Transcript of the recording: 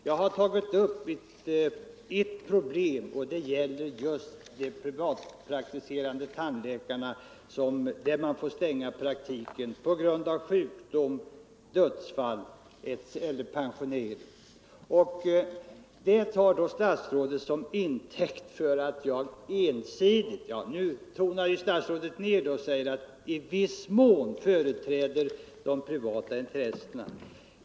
Jag har tagit upp ett problem och det gäller de privatpraktiserande tandläkarna vars praktiker får stängas på grund av sjukdom, dödsfall eller pensionering. Detta tar statsrådet som intäkt för att jag ensidigt - i ett senare inlägg tonar statsrådet ned det och säger i viss mån — företräder de privata intressena.